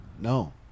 No